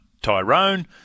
Tyrone